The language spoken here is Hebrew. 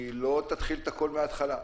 היא לא תתחיל את הכול מהתחלה.